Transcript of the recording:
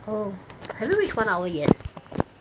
oh have we reached one hour yet